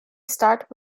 start